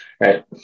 right